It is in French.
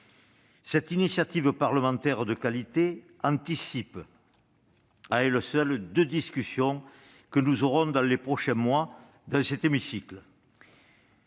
Cette initiative parlementaire de qualité anticipe, à elle seule, deux discussions que nous aurons dans les prochains mois dans cet hémicycle